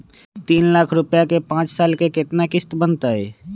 तीन लाख रुपया के पाँच साल के केतना किस्त बनतै?